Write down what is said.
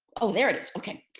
oh, there it is, okay.